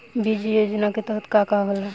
बीज योजना के तहत का का होला?